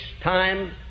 time